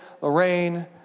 Lorraine